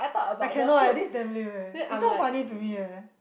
I cannot eh this damn lame eh is not funny to me eh